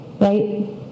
Right